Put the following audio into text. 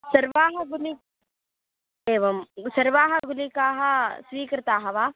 सर्वाः गुलि एवं सर्वाः गुलिकाः स्वीकृताः वा